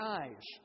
eyes